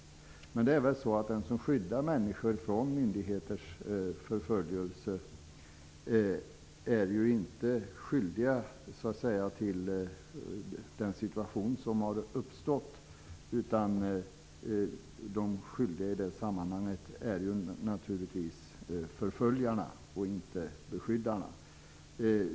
Men det är väl så att den som skyddar människor från myndigheters förföljelse inte är skyldiga till den situation som har uppstått, utan de skyldiga i det sammanhanget är naturligtvis förföljarna och inte beskyddarna.